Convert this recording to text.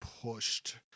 pushed